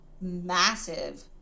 massive